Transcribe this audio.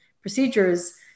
procedures